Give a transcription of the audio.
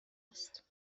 است